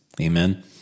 Amen